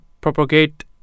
propagate